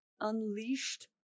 unleashed